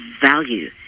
value